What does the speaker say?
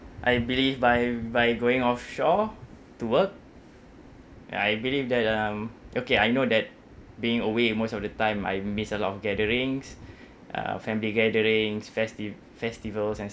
I believe by by going offshore to work ya I believe that um okay I know that being away most of the time I miss a lot of gatherings uh family gatherings festive festivals and